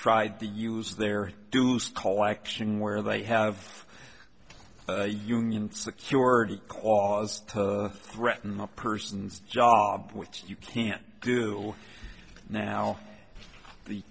tried to use their collection where they have a union security cause threaten the person's job which you can't do now the